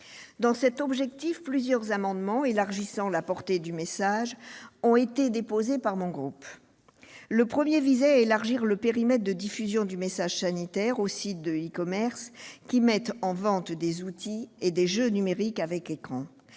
un effet réel. Plusieurs amendements visant à élargir la portée du message ont d'ailleurs été déposés par mon groupe. Le premier tendait à élargir le périmètre de diffusion du message sanitaire aux sites de e-commerce qui mettent en vente des outils et des jeux numériques avec écran.